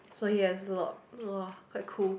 so he has a lot !wah! quite cool